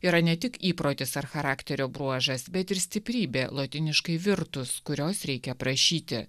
yra ne tik įprotis ar charakterio bruožas bet ir stiprybė lotyniškai virtus kurios reikia prašyti